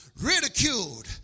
ridiculed